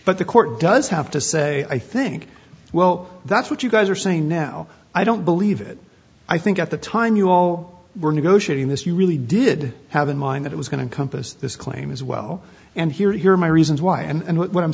but the court does have to say i think well that's what you guys are saying now i don't believe it i think at the time you all were negotiating this you really did have in mind that it was going to compass this claim as well and here here are my reasons why and what